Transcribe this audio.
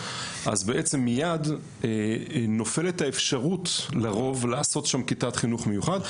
אז בעצם מיד נופלת האפשרות לרוב לעשות שם כיתה של חינוך מיוחד.